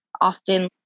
often